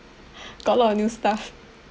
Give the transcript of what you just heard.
got a lot of new stuff